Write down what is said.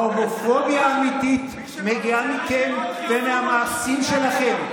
ההומופוביה האמיתית מגיעה מכם ומהמעשים שלכם.